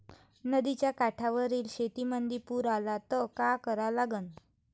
नदीच्या काठावरील शेतीमंदी पूर आला त का करा लागन?